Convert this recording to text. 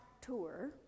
tour